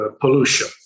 pollution